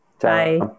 Bye